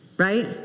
Right